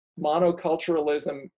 monoculturalism